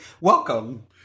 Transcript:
welcome